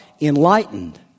Enlightened